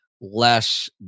less